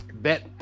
bet